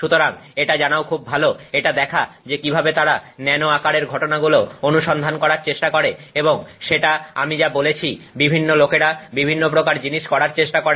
সুতরাং এটা জানাও খুব ভালো এটা দেখা যে কিভাবে তারা ন্যানো আকারের ঘটনাগুলো অনুসন্ধান করার চেষ্টা করে এবং সেটা আমি যা বলেছি বিভিন্ন লোকেরা বিভিন্ন প্রকার জিনিস করার চেষ্টা করে